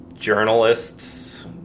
journalists